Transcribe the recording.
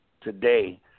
today